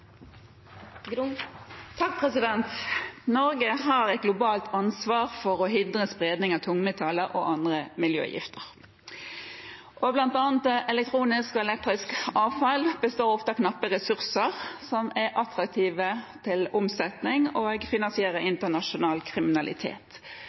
andre miljøgifter. Blant annet elektronisk og elektrisk avfall består ofte av knappe ressurser, som er attraktive for omsetning og